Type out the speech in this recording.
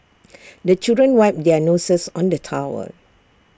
the children wipe their noses on the towel